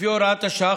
לפי הוראת השעה,